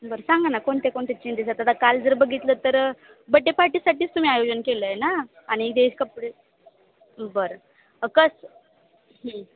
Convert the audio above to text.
बरं सांगा ना कोणते कोणते चेंजेस आता आता काल जर बघितलं तर बड्डे पार्टीसाठीच तुम्ही आयोजन केलं आहे ना आणि देश कपडे बरं कसं